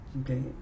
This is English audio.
okay